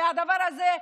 והדבר הזה,